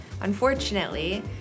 Unfortunately